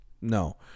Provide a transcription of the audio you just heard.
No